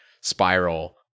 spiral